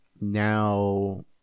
now